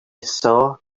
saw